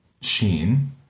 Sheen